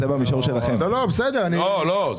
אם זה